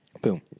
boom